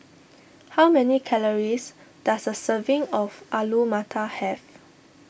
how many calories does a serving of Alu Matar have